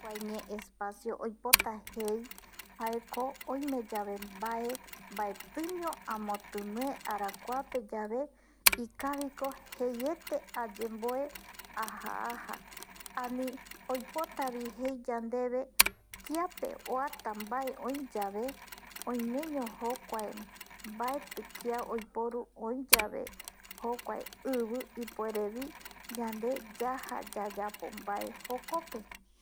Kua ñe espacio oipota jei oimeyave mbae mbaetiño amotine arakuapeyave ikaviko jeiete ayemboe aja aja, ani oipotavi jei yandeve kiape oata mbae oiyave oimeño jokua mbaeti kia oiporu öiyave jokuae ɨvɨ ipuerevi yande yaja yayapo mbae jokope